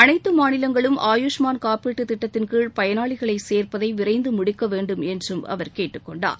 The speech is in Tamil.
அனைத்து மாநிலங்களும் ஆயுஷ்மான் காப்பீட்டுத் திட்டத்தின்கீழ் பயனாளிகளை சேர்ப்பதை விரைந்து முடிக்க வேண்டும் என்றும் அவர் கேட்டுக்கொண்டார்